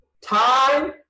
Time